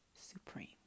supreme